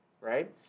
right